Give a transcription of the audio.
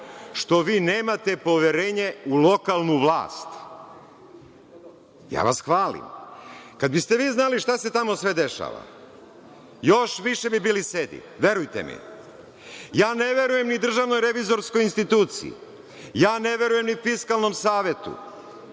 što vi nemate poverenje u lokalnu vlast. Ja vas hvalim. Kada biste vi znali šta se tamo sve dešava, još više bi bili sedi, verujte mi. Ja ne verujem ni Državnoj revizorskoj instituciji, ja ne verujem ni Fiskalnom savetu,